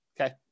okay